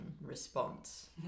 response